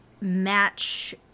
match